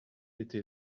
été